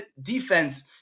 defense